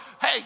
Hey